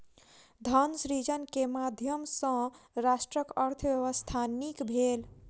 धन सृजन के माध्यम सॅ राष्ट्रक अर्थव्यवस्था नीक भेल